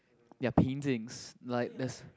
their paintings like there's